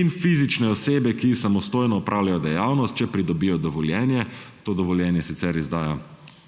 in fizične osebe, ki samostojno opravljajo dejavnost, če pridobijo dovoljenje. To dovoljenje sicer izdaja